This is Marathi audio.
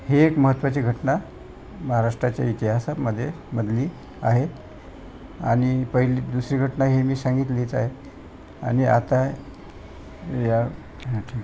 ही एक महत्त्वाची घटना महाराष्ट्राच्या इतिहासामध्ये म्हटली आहे आणि पहिली दुसरी घटना हे मी सांगितलीच आहे आणि आता या हां ठीक आहे